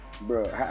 Bro